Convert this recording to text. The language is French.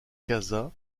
caza